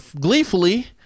gleefully